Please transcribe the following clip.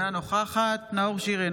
אינה נוכחת נאור שירי,